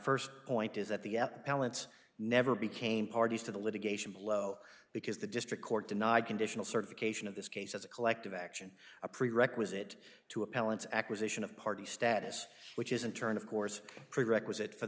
first point is that the balance never became parties to the litigation blow because the district court denied conditional certification of this case as a collective action a prerequisite to appellants acquisition of party status which is in turn of course prerequisite for